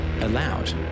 allowed